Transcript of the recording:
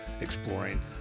exploring